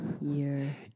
year